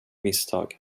misstag